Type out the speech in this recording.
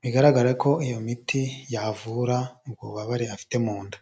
bigaragara ko iyo miti yavura ububabare afite mu nda.